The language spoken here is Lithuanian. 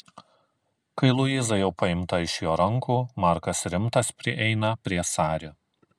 kai luiza jau paimta iš jo rankų markas rimtas prieina prie sari